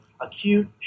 acute